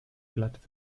glatt